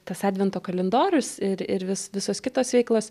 tas advento kalendorius ir ir vis visos kitos veiklos